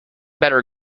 better